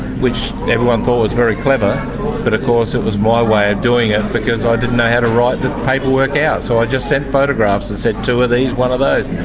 which everyone thought was very clever but of course it was my way of doing it because i didn't know how to write the paperwork out, so i just sent photographs and said, two of these, one of those.